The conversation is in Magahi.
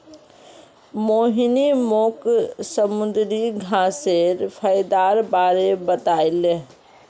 मोहिनी मोक समुंदरी घांसेर फयदार बारे बताले